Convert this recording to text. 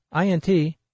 int